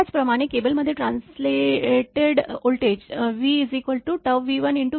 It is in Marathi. त्याचप्रमाणे केबलमध्ये ट्रान्सलेटेड व्होल्टेज v V1